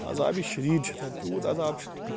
عذابہِ شدیٖد چھُ تتہِ تیٛوٗت عذاب چھُ